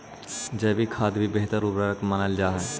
जैविक खाद भी बेहतर उर्वरक मानल जा हई